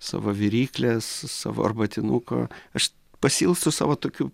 savo viryklės savo arbatinuko aš pasiilgstu savo tokių